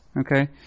Okay